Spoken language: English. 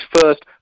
first